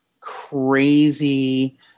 crazy